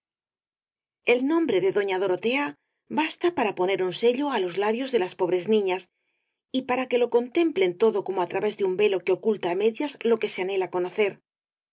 el nombre de doña dorotea basta para poner un sello á los labios de las pobres niñas y para que lo contemplen todo como á través de un velo que oculta á medias lo que se anhela conocer